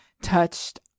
touched